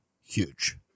huge